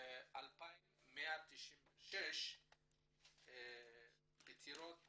כ-2,196 פטירות